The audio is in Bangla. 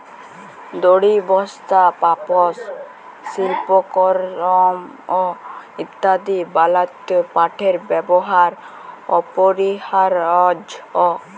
দড়ি, বস্তা, পাপস, সিল্পকরমঅ ইত্যাদি বনাত্যে পাটের ব্যেবহার অপরিহারয অ